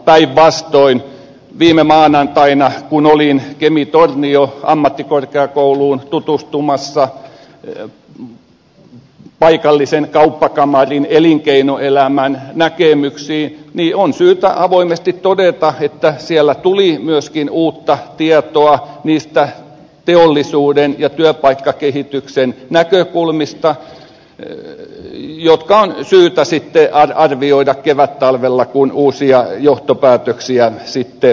päinvastoin kun viime maanantaina olin kemi tornion ammattikorkeakouluun tutustumassa ja paikallisen kauppakamarin elinkeinoelämän näkemyksiin niin on syytä avoimesti todeta että siellä tuli myöskin uutta tietoa niistä teollisuuden ja työpaikkakehityksen näkökulmista jotka on syytä sitten arvioida kevättalvella kun uusia johtopäätöksiä tehdään